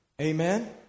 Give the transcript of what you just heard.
Amen